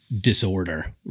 disorder